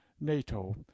NATO